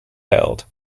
held